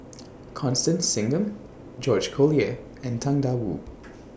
Constance Singam George Collyer and Tang DA Wu